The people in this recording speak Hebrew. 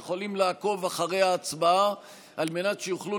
והם יכולים לעקוב אחרי ההצבעה על מנת שיוכלו